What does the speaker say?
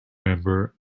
member